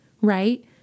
right